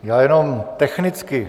Já jenom technicky.